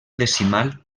decimal